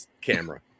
camera